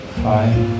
five